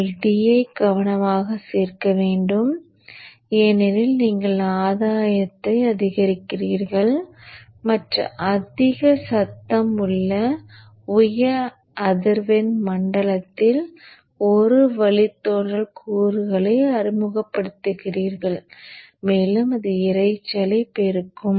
நீங்கள் D ஐ கவனமாக சேர்க்க வேண்டும் ஏனெனில் நீங்கள் ஆதாயத்தை அதிகரிக்கிறீர்கள் மற்றும் அதிக சத்தம் உள்ள உயர் அதிர்வெண் மண்டலத்தில் ஒரு வழித்தோன்றல் கூறுகளை அறிமுகப்படுத்துகிறீர்கள் மேலும் அது இரைச்சலைப் பெருக்கும்